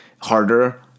harder